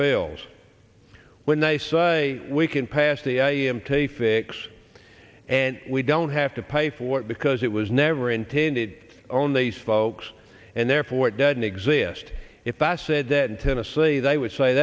bills when they say we can pass the i m t fix and we don't have to pay for it because it was never intended own these folks and therefore it doesn't exist if asked said that in tennessee they would say